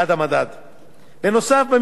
במקרה שהשיעור הכולל של התוספות,